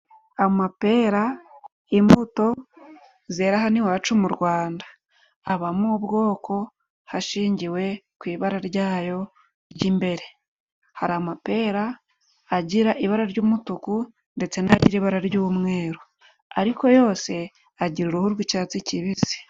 Amapera imbuto zera hano iwacu mu Rwanda. Habamo ubwoko hashingiwe ku ibara ryayo ry'imbere. Hari amapera agira ibara ry'umutuku ndetse n'aragira ibara ry'umweru, ariko yose agira uruhu rw'icyatsi kibisi.